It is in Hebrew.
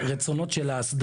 גם על פי הרצונות של ההסדרה.